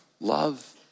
love